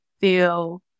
feel